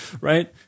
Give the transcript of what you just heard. right